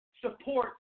support